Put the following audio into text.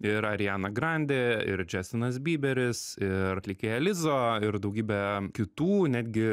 ir ariana grandė ir džestinas byberis ir atlikėja lizo ir daugybė kitų netgi